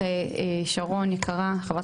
רק שרון, יקרה, חברת הכנסת שרון ניר.